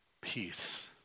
peace